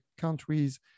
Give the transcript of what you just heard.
countries